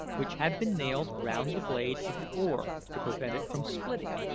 which had been nailed round the blade of the oar to prevent it from splitting.